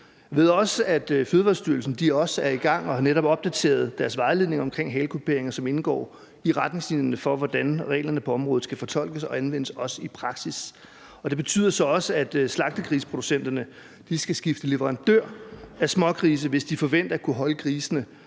Jeg ved også, at Fødevarestyrelsen er i gang og netop har opdateret deres vejledninger om halekupering, som indgår i retningslinjerne for, hvordan reglerne på området skal fortolkes og anvendes i praksis. Det betyder så også, at slagtegrisproducenterne skal skifte leverandør af smågrise, hvis de forventer at kunne holde grisene